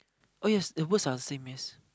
oh yes the words are the same maze